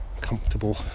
comfortable